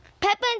Peppa